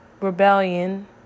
rebellion